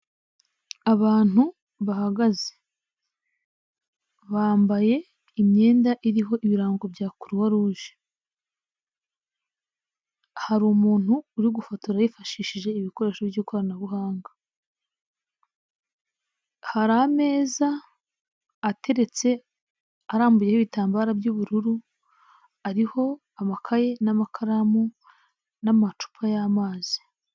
Abantu bahagaze bambaye imyenda ibirango bya Croix Rouge, hari umntu uri gufotora yishishije ibikoresho by'ikoranabuhanga, hari ameza ateretse arambuyeho ibitambaro by'ubururu, ariho amakaye n'amakaramu n'amacupa y'amazi.